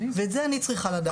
ואת זה אני צריכה לדעת.